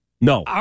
No